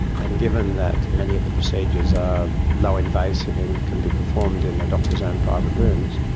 and given that many of the procedures are low-invasive and can be performed in the doctor's own private rooms,